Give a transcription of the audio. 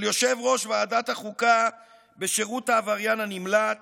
של יושב-ראש ועדת החוקה בשירות העבריין הנמלט